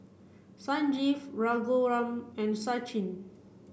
Sanjeev Raghuram and Sachin